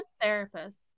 therapist